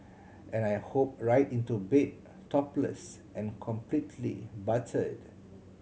and I hope right into bed topless and completely buttered